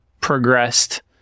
progressed